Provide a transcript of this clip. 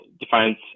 defines